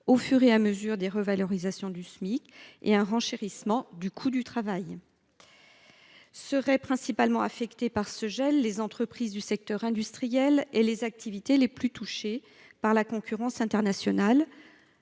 au fur et à mesure des revalorisations du Smic, provoquant un renchérissement du coût du travail. Seraient particulièrement affectées les entreprises du secteur industriel et les activités les plus confrontées à la concurrence internationale.